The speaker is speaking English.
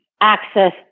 access